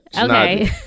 Okay